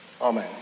Amen